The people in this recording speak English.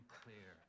clear